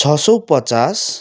छ सय पचास